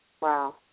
Wow